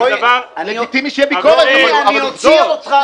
רועי, אני אוציא אותך.